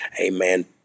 amen